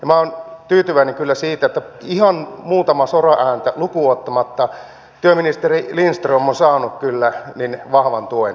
minä olen tyytyväinen kyllä siitä että ihan muutamaa soraääntä lukuun ottamatta työministeri lindström on saanut kyllä vahvan tuen tässä salissa